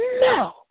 no